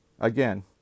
Again